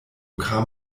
kam